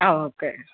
ಹಾಂ ಓಕೆ